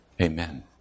amen